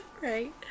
right